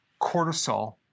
cortisol